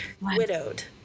widowed